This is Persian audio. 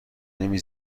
نمی